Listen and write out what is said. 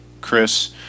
Chris